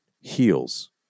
heels